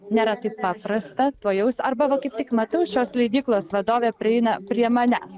nėra taip paprasta tuojaus arba va kaip tik matau šios leidyklos vadovė prieina prie manęs